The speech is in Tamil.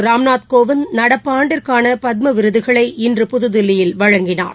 ராம்நாத் கோவிந்த் நடப்பாண்டிற்கானபத்மவிருதுகளை இன்று புதுதில்லியில் வழங்கினார்